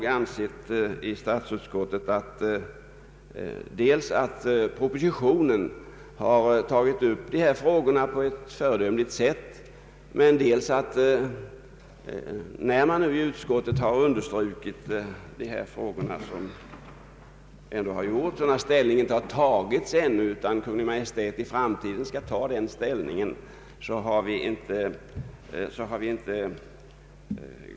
Statsutskottets majoritet anser att Kungl. Maj:t i propositionen behandlat ärendet på ett föredömligt sätt. Utskottet har också understrukit vikten av att de synpunkter som här nämnts beaktas. Faktum är ju också att Kungl. Maj:t ännu inte har tagit ställning i en del frågor, utan skall göra det i framtiden.